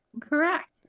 correct